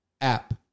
app